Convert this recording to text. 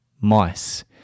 mice